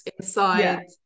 inside